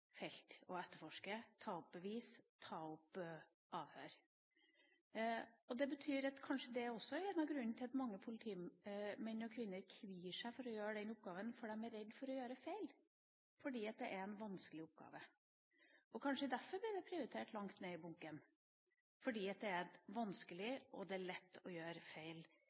å etterforske – ta bevis og ta avhør. Det er kanskje også grunnen til at mange politimenn og -kvinner kvier seg for å gjøre den oppgaven – de er redde for å gjøre feil fordi det er en vanskelig oppgave. Kanskje det er derfor den blir prioritert langt ned i bunken – fordi den er vanskelig, og fordi det er lett å gjøre feil.